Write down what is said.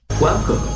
Welcome